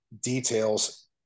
details